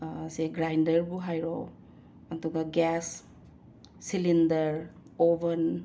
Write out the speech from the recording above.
ꯁꯦ ꯒ꯭ꯔꯥꯏꯟꯗꯔꯕꯨ ꯍꯥꯏꯔꯣ ꯑꯗꯨꯒ ꯒ꯭ꯌꯥꯁ ꯁꯤꯂꯤꯟꯗꯔ ꯑꯣꯕꯟ